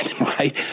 right